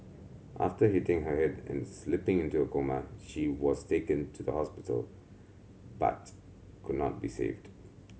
after hitting her head and slipping into a coma she was taken to the hospital but could not be saved